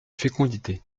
fécondité